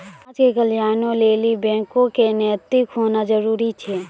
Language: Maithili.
समाज के कल्याणों लेली बैको क नैतिक होना जरुरी छै